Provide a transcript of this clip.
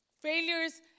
Failures